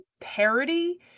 parody